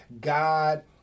God